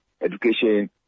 education